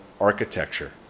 architecture